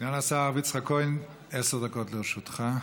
כהן, עשר דקות לרשותך.